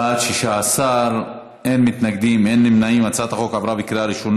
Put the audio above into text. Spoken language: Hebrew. המכינות הקדם-צבאיות (תיקון) (הכרה באנשים עם מוגבלות כחניכי מכינות),